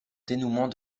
dénouement